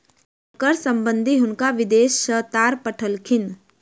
हुनकर संबंधि हुनका विदेश सॅ तार पठौलखिन